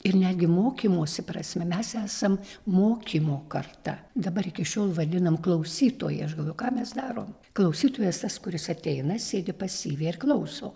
ir netgi mokymosi prasme mes esam mokymo karta dabar iki šiol vadinam klausytojai aš galvoju ką mes darom klausytojas tas kuris ateina sėdi pasyviai ir klauso